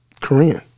Korean